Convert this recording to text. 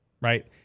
Right